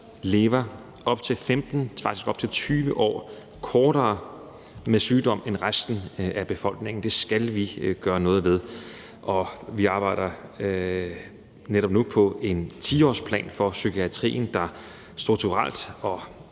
lever op til 15, ja, faktisk op til 20 år kortere end resten af befolkningen. Det skal vi gøre noget ved. Vi arbejder netop nu på en 10-årsplan for psykiatrien, der strukturelt og